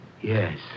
Yes